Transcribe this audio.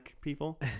people